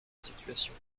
situation